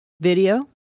Video